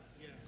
Yes